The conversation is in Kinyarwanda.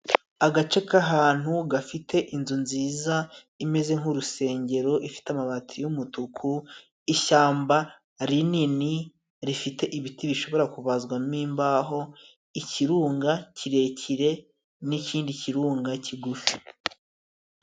Agace k'ahantu gafite inzu nziza imeze nk'urusengero, ifite amabati y'umutuku, ishyamba rinini rifite ibiti bishobora kubazwamo imbaho, ikirunga kirekire, n'ikindi kirunga kigufi.